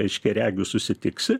aiškiaregiu susitiksi